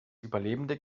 überlebende